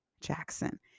Jackson